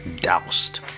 doused